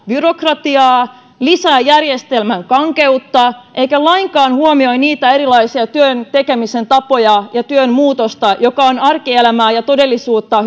byrokratiaa lisäävät järjestelmän kankeutta eivätkä lainkaan huomioi niitä erilaisia työn tekemisen tapoja ja työn muutosta jotka ovat arkielämää ja todellisuutta